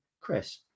Chris